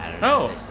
No